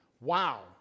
Wow